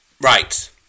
Right